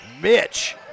Mitch